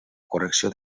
correcció